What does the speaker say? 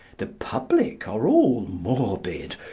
the public are all morbid,